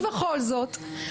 הכול בסדר.